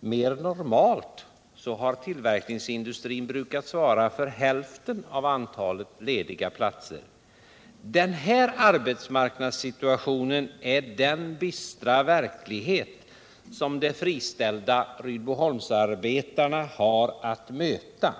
Mer normalt har tillverkningsindustrin brukat svara för hälften av antalet lediga platser. Den här arbetsmarknadssituationen är den bistra verklighet som de friställda Rydboholmsarbetarna har att möta.